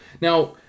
Now